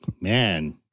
Man